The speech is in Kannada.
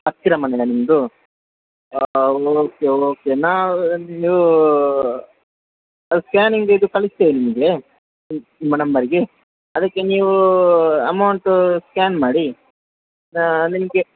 ಹತ್ತಿರ ಮನೆನಾ ನಿಮ್ಮದು ಓಕೆ ಓಕೆ ನಾ ನೀವು ಅಲ್ಲಿ ಸ್ಕ್ಯಾನಿಂಗ್ ಇದು ಕಳಿಸ್ತೇವೆ ನಿಮಗೆ ಮೇಡಮ್ನವ್ರ್ಗೆ ಅದಕ್ಕೆ ನೀವು ಅಮೌಂಟು ಸ್ಕ್ಯಾನ್ ಮಾಡಿ ನಿಮಗೆ